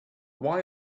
why